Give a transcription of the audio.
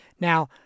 Now